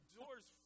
doors